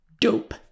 dope